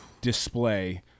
display